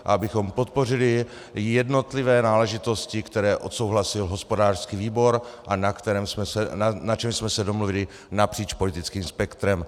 Abychom podpořili jednotlivé náležitosti, které odsouhlasil hospodářský výbor a na čem jsme se domluvili napříč politickým spektrem.